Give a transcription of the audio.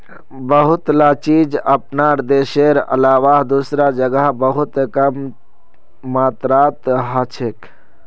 बहुतला चीज अपनार देशेर अलावा दूसरा जगह बहुत कम मात्रात हछेक